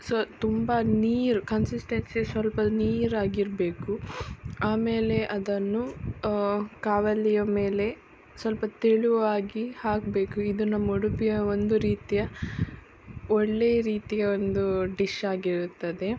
so ತುಂಬ ನೀರು consistency ಸ್ವಲ್ಪ ನೀರಾಗಿರಬೇಕು ಆಮೇಲೆ ಅದನ್ನು ಕಾವಲಿಯ ಮೇಲೆ ಸ್ವಲ್ಪ ತೆಳುವಾಗಿ ಹಾಕಬೇಕು ಇದು ನಮ್ಮ ಉಡುಪಿಯ ಒಂದು ರೀತಿಯ ಒಳ್ಳೆಯ ರೀತಿಯ ಒಂದು ಡಿಶ್ ಆಗಿರುತ್ತದೆ